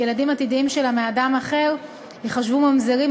וילדים עתידיים שלה מאדם אחר ייחשבו ממזרים,